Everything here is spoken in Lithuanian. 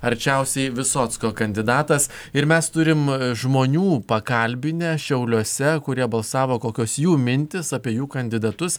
arčiausiai visocko kandidatas ir mes turim žmonių pakalbinę šiauliuose kurie balsavo kokios jų mintys apie jų kandidatus